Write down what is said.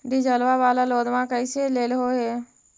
डीजलवा वाला लोनवा कैसे लेलहो हे?